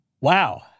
Wow